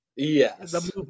Yes